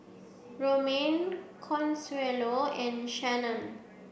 Romaine Consuelo and Shannen